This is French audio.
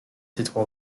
titres